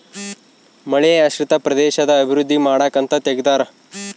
ಮಳೆಯಾಶ್ರಿತ ಪ್ರದೇಶದ ಅಭಿವೃದ್ಧಿ ಮಾಡಕ ಅಂತ ತೆಗ್ದಾರ